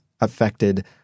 affected